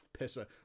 Pisser